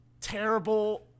terrible